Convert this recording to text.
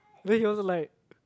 then he was like